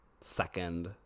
second